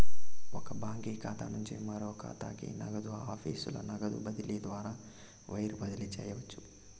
ఒక బాంకీ ఖాతా నుంచి మరో కాతాకి, నగదు ఆఫీసుల నగదు బదిలీ ద్వారా వైర్ బదిలీ చేయవచ్చు